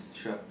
sure